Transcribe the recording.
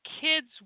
kids